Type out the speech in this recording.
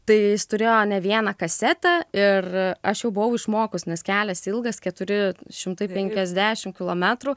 tai jis turėjo ne vieną kasetę ir aš jau buvau išmokus nes kelias ilgas keturi šimtai peniasdešim kilometrų